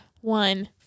one